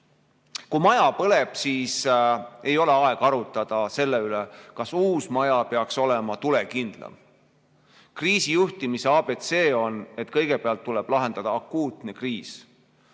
Kui maja põleb, siis ei ole aeg arutada selle üle, kas uus maja peaks olema tulekindlam. Kriisijuhtimise ABC on, et kõigepealt tuleb lahendada akuutne kriis